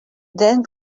then